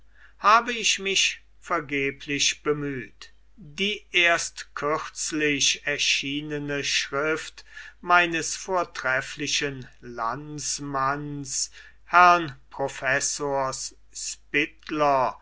habe ich mich vergeblich bemüht die erst kürzlich erschienene schrift meines vortrefflichen landsmanns herrn professors spittler